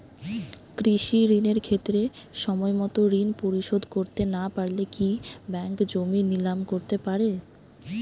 কৃষিঋণের ক্ষেত্রে সময়মত ঋণ পরিশোধ করতে না পারলে কি ব্যাঙ্ক জমি নিলাম করতে পারে?